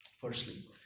Firstly